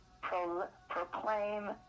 Proclaim